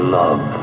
love